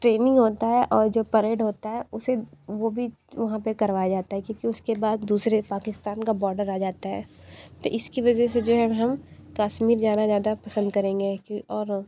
training होता है और जो परेड होता है उसे वो भी वहाँ पे करवाया जाता है क्योंकि उसके बाद दूसरे पाकिस्तान का बॉर्डर आ जाता है तो इसकी वजह से जो है हम कश्मीर ज़्यादा ज़्यादा पसंद करेंगे और